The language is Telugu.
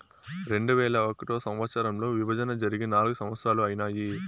రెండువేల ఒకటో సంవచ్చరంలో విభజన జరిగి నాల్గు సంవత్సరాలు ఐనాయి